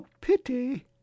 pity